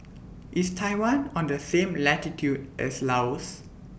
IS Taiwan on The same latitude as Laos